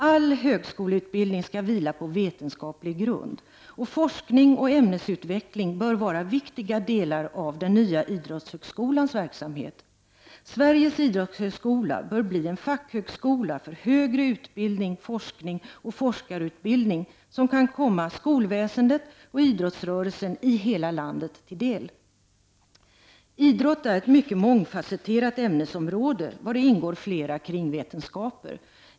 All högskoleutbildning skall vila på vetenskaplig grund, och forskning och ämnesutveckling bör vara viktiga delar av den nya idrottshögskolans verksamhet. Sveriges idrottshögskola bör bli en fackhögskola för högre utbildning, forskning och forskarutbildning, som kan komma skolväsendet och idrottsrörelsen i hela landet till del. Idrott är ett mångfasetterat ämnesområde vari ingår flera kringvetenskaper.